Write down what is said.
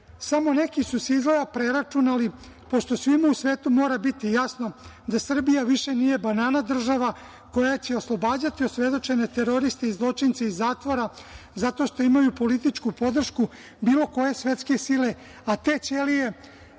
Samo, neki su se, izgleda, preračunali, pošto svima u svetu mora biti jasno da Srbija više nije banana država koja će oslobađati osvedočene teroriste i zločince iz zatvora, zato što imaju političku podršku bilo koje svetske sile, a te ćelije,